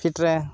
fit रहें